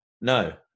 No